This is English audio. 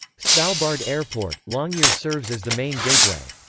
svalbard airport, longyear serves as the main gateway.